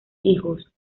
hijos